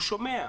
הוא שומע.